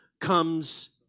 comes